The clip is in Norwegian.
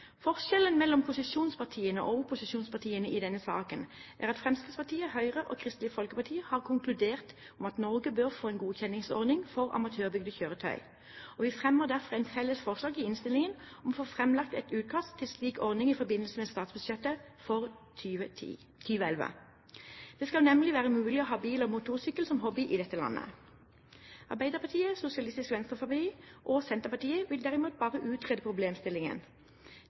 Forskjellen mellom posisjonspartiene og opposisjonspartiene i denne saken er at Fremskrittspartiet, Høyre og Kristelig Folkeparti har konkludert med at Norge bør få en godkjenningsordning for amatørbygde kjøretøy, og vi har derfor et felles forslag til vedtak i innstillingen om å få framlagt et utkast til slik ordning i forbindelse med statsbudsjettet for 2011. Det skal nemlig være mulig å ha bil og motorsykkel som hobby i dette landet. Arbeiderpartiet, Sosialistisk Venstreparti og Senterpartiet vil derimot bare utrede problemstillingen.